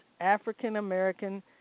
African-American